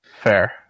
Fair